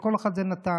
לכל אחד זה נתן,